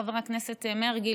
חבר הכנסת מרגי,